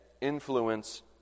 influence